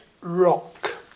rock